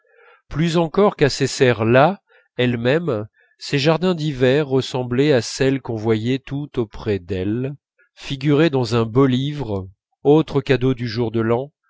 plus encore qu'à ces serres là elles-mêmes ces jardins d'hiver ressemblaient à celle qu'on voyait tout auprès d'elles figurée dans un beau livre autre cadeau du jour de l'an